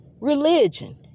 Religion